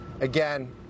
Again